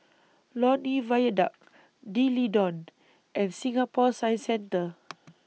Lornie Viaduct D'Leedon and Singapore Science Centre